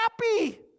happy